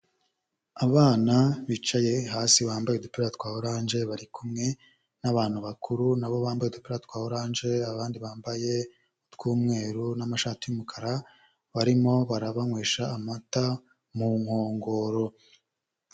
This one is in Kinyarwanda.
Abana bicaye hasi bambaye udupira twa oranje, bari kumwe n'abantu bakuru na bo bambaye udupira twa oranje, abandi bambaye utw'umweru n'amashati y'umukara, barimo barabanywesha amata mu nkongoro.